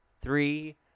three